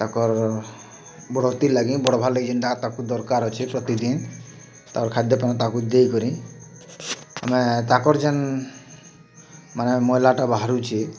ତାଁକର୍ ବଢ଼ତିର୍ ଲାଗି ବଢ଼୍ବା ଲାଗି ଯେନ୍ଟା ତାକୁ ଦରକାର୍ ଅଛେ ପ୍ରତିଦିନ୍ ତା'ର୍ ଖାଦ୍ୟ ପାନୀୟ ତାକୁ ଦେଇ କରି ଆମେ ତାଁକର୍ ଯେନ୍ ମାନେ ମଇଲାଟା ବାହାରୁଛେ